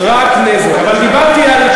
אבל דיברתי,